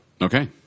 Okay